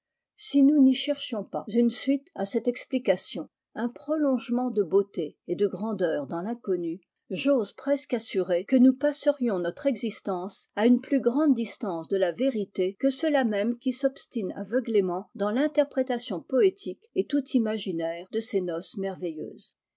si nous n'y cherchions pas une suite à cette explication un prolongement de beauté et de grandeur dans l'inconnu j'ose presque assurer que nous passerions notre existence à une plus grande distance de la vérité que ceux-là mêmes qui s'obstinent aveuglément dans l'interprétation poétique et tout imaginaire de ces noces merveilleuses